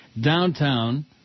downtown